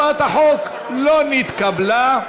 הצעת החוק לא נתקבלה.